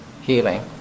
healing